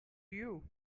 you